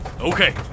Okay